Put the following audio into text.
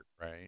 right